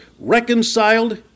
reconciled